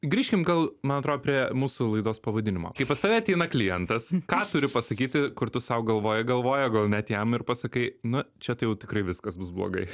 grįžkim gal man atrodo prie mūsų laidos pavadinimo kai pas tave ateina klientas ką turi pasakyti kur tu sau galvoji galvoj o gal net jam ir pasakai nu čia tai jau tikrai viskas bus blogai